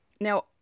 Now